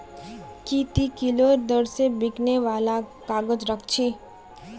की ती किलोर दर स बिकने वालक काग़ज़ राख छि